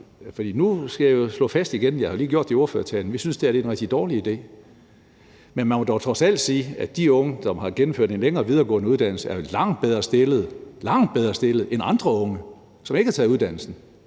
Nu vil jeg så slå fast igen – jeg har jo lige gjort det i ordførertalen – at vi synes, det her er en rigtig dårlig idé. Men man må dog trods alt sige, at de unge, som har gennemført en længere videregående uddannelse, er langt bedre stillet – langt bedre stillet – end andre unge, som ikke har taget uddannelsen.